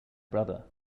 brother